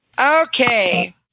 Okay